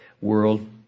world